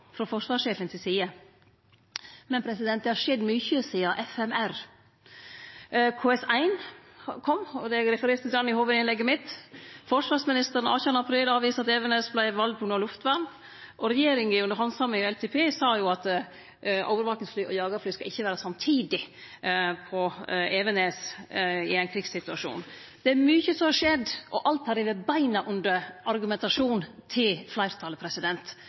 frå forsvarssjefen til side, men det har skjedd mykje sidan FMR. KS1 kom, og eg refererte til det i hovudinnlegget mitt. Forsvarsministeren avviste den 18. april at Evenes vart valt på grunn av luftvern, og regjeringa sa under handsaminga av NTP at overvakingsfly og jagarfly ikkje samtidig skal vere på Evenes i ein krigssituasjon. Det er mykje som har skjedd, og alt har rive beina under argumentasjonen til fleirtalet.